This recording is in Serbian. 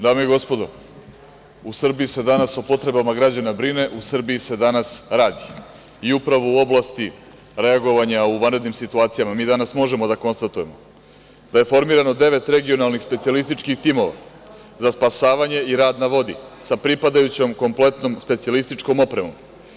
Dame i gospodo, u Srbiji se danas o potrebama građana brine, u Srbiji se danas radi i upravo u oblasti reagovanja u vanrednim situacijama mi danas možemo da konstatujemo da je formirano devet regionalnih specijalističkih timova za spasavanje i rad na vodi sa pripadajućom kompletnom specijalističkom opremom.